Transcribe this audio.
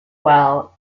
well